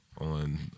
On